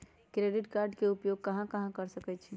Credit card के उपयोग कहां कहां कर सकईछी?